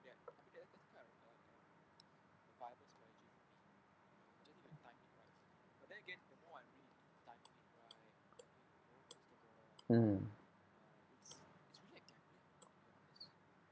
hmm